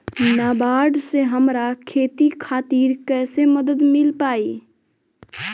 नाबार्ड से हमरा खेती खातिर कैसे मदद मिल पायी?